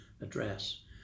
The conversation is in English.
address